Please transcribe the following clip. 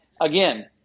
again